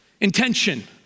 intention